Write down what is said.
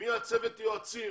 מי צוות היועצים.